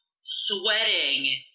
sweating